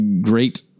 great